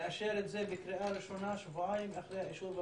לאשר את זה בקריאה ראשונה שבועיים אחרי האישור בממשלה.